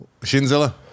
Shinzilla